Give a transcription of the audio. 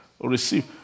receive